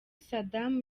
saddam